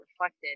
reflected